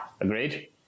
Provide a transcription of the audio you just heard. Agreed